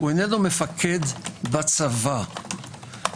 הוא אינו מפקד בצבא.